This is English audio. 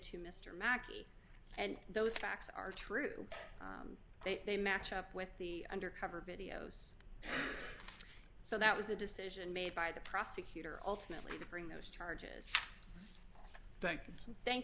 to mr makki and those facts are true they they match up with the undercover videos so that was a decision made by the prosecutor ultimately to bring those charges thank